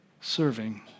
serving